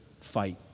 fight